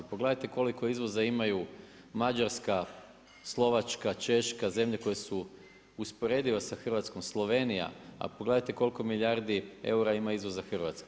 Pogledajte koliko izvoza imaju Mađarska, Slovačka, Češka zemlje koje su usporedive sa Hrvatskom, Slovenija, a pogledajte koliko milijardi eura ima izvoza Hrvatska.